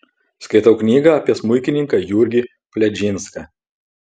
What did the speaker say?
skaitau knygą apie smuikininką jurgį fledžinską